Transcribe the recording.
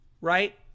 right